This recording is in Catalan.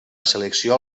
selecció